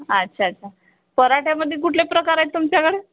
अच्छा अच्छा पराठ्यामध्ये कुटले प्रकार आहेत तुमच्याकडे